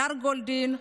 הדר גולדין,